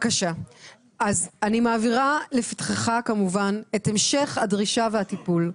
אז אני מעבירה לפתחך כמובן את המשך הדרישה והטיפול.